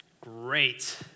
Great